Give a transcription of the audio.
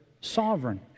sovereign